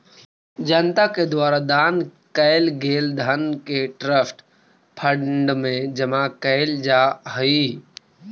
जनता के द्वारा दान कैल गेल धन के ट्रस्ट फंड में जमा कैल जा हई